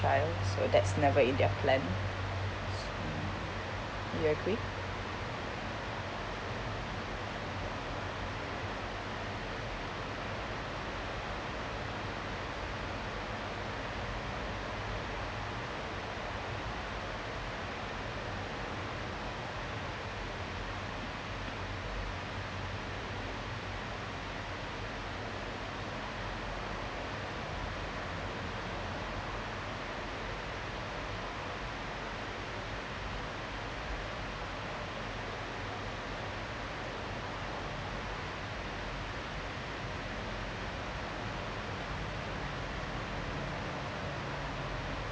so that's never in their plan mm you agree